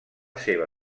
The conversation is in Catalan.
seva